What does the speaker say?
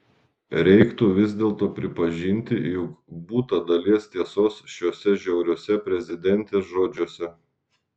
reiktų vis dėlto pripažinti jog būta dalies tiesos šiuose žiauriuose prezidentės žodžiuose